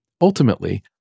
Ultimately